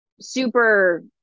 super